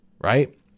right